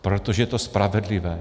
Protože to je spravedlivé.